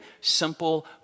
simple